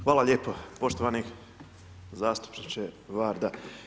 Hvala lijepo, poštovani zastupniče Varda.